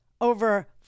over